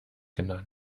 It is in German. genannt